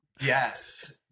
Yes